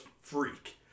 freak